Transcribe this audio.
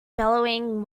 billowing